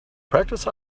practiced